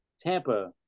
Tampa